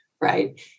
Right